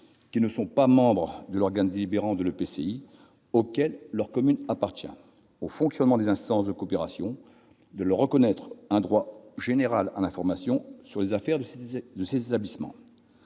qui ne sont pas membres de l'organe délibérant de l'EPCI auquel leur commune appartient au fonctionnement des instances de coopération, à leur reconnaître un droit général à l'information sur les affaires de l'intercommunalité.